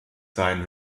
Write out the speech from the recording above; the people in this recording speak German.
sein